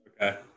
Okay